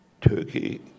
Turkey